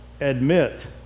admit